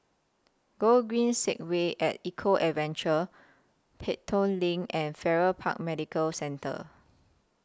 Gogreen Segway and Eco Adventure Pelton LINK and Farrer Park Medical Centre